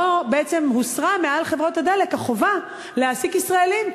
הוסרה מעל חברות הדלק החובה להעסיק ישראלים,